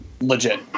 legit